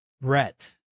Brett